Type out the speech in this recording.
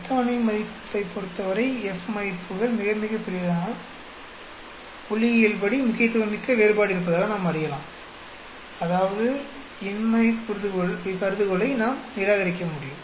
அட்டவணை மதிப்பைப் பொறுத்தவரை F மதிப்புகள் மிகப் பெரியதாக மாறினால் புள்ளியியல்படி முக்கியத்துவமிக்க வேறுபாடு இருப்பதாக நாம் கூறலாம் அதாவது இன்மை கருதுகோளை நாம் நிராகரிக்க முடியும்